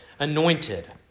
Anointed